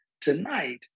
tonight